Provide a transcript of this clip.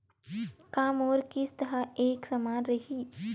का मोर किस्त ह एक समान रही?